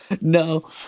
No